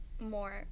more